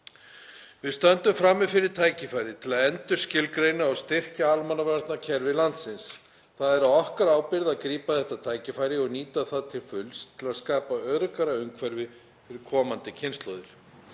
Við stöndum frammi fyrir tækifæri til að endurskilgreina og styrkja almannavarnakerfi landsins. Það er á okkar ábyrgð að grípa þetta tækifæri og nýta það til fulls til að skapa öruggara umhverfi fyrir komandi kynslóðir.